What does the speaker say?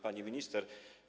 Pani Minister!